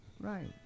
Right